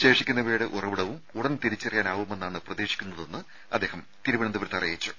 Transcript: ശേഷിക്കുന്നവയുടെ ഉറവിടവും ഉടൻ തിരിച്ചറിയാനാവുമെന്നാണ് പ്രതീക്ഷിക്കുന്നതെന്ന് അദ്ദേഹം അറിയിച്ചു